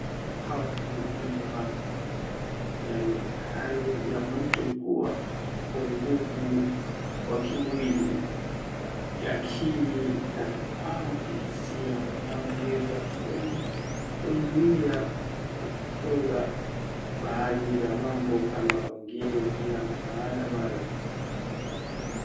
Hawa ni walemavu, yaani hali ya mtu kungua upungufu wa kimwili, kiakili au kihisia unaoweza kumzuia kufanya baadhi ya mambo kama wengine bila msaada wao.